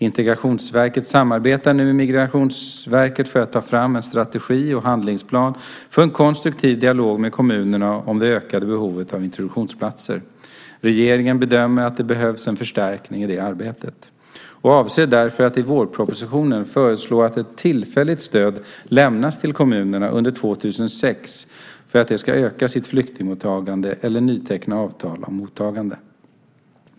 Integrationsverket samarbetar nu med Migrationsverket för att ta fram en strategi och handlingsplan för en konstruktiv dialog med kommunerna om det ökade behovet av introduktionsplatser. Regeringen bedömer att det behövs en förstärkning i det arbetet och avser därför att i vårpropositionen föreslå att ett tillfälligt stöd lämnas till kommunerna under 2006 för att de ska öka sitt flyktingmottagande eller nyteckna avtal om mottagande.